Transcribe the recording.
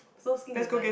snow skin is nice